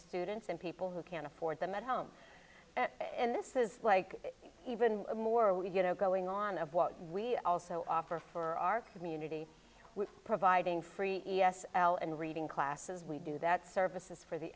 students and people who can afford them at home and this is like even more we you know going on of what we also offer for our community with providing free e s and reading classes we do that services for the